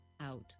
out